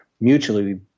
mutually –